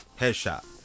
headshot